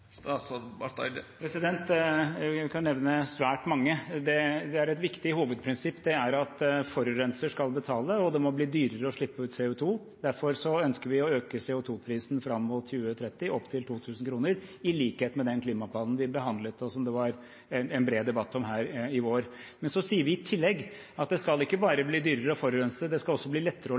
Jeg kan nevne svært mange. Et viktig hovedprinsipp er at forurenser skal betale, og at det må bli dyrere å slippe ut CO 2 . Derfor ønsker vi å øke CO 2 -prisen fram mot 2030 opp til 2 000 kr, i likhet med den klimaplanen vi behandlet, og som det var en bred debatt om her i vår. Men så sier vi i tillegg at det skal ikke bare bli dyrere å forurense, det skal også bli lettere